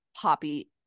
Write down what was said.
Poppy